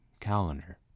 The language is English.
calendar